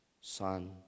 son